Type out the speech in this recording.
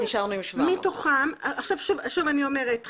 נשארנו עם 700. שוב אני אומרת,